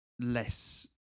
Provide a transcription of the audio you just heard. less